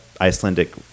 Icelandic